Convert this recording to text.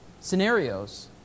scenarios